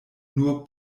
nur